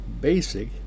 basic